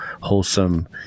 wholesome